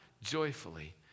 joyfully